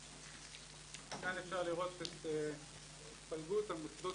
כאן אפשר לראות את התפלגות המוסדות